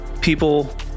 People